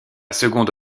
seconde